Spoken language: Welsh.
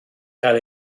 cael